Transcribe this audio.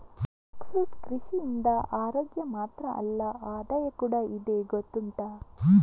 egg fruit ಕೃಷಿಯಿಂದ ಅರೋಗ್ಯ ಮಾತ್ರ ಅಲ್ಲ ಆದಾಯ ಕೂಡಾ ಇದೆ ಗೊತ್ತುಂಟಾ